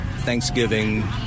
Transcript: Thanksgiving